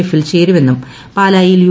എഫിൽ ചേരുമെന്നും പാലായിൽ യു